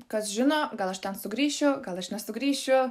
kas žino gal aš ten sugrįšiu gal aš nesugrįšiu